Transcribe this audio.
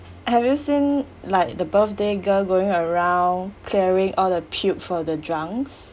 have you seen like the birthday girl going around carrying all the puke from the drunks